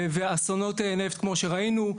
ואסונות נפט כמו שראינו,